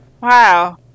wow